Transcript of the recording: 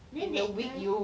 then that time